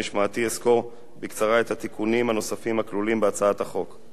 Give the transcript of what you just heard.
אסקור בקצרה את התיקונים הנוספים הכלולים בהצעת החוק.